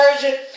version